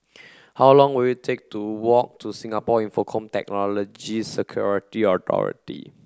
how long will it take to walk to Singapore Infocomm Technology Security Authority